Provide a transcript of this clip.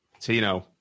Tino